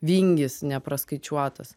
vingis nepraskaičiuotas